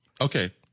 Okay